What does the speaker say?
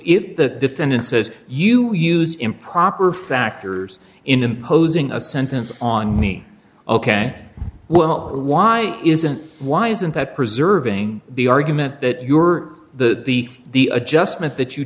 if the defendant says you use improper factors in imposing a sentence on me ok well why isn't why isn't that preserving the argument that you were the the the adjustment that you